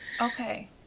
Okay